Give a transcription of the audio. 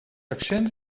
accent